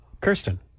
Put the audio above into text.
Kirsten